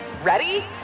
Ready